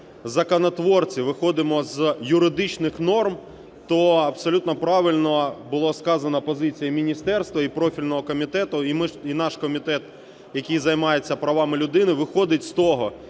законотворці виходимо з юридичних норм, то абсолютно правильно була сказана позиція міністерства і профільного комітету, і наш комітет, який займається правами людини, виходить з того,